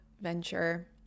venture